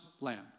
land